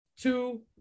Two